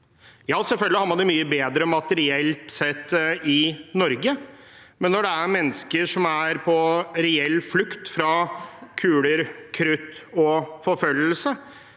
Ja, selvfølgelig har man det mye bedre materielt sett i Norge, men når det er mennesker som er på reell flukt fra kuler, krutt og forfølgelse,